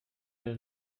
der